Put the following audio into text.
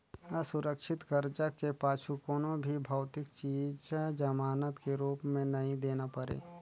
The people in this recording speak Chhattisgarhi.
असुरक्छित करजा के पाछू कोनो भी भौतिक चीच जमानत के रूप मे नई देना परे